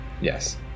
Yes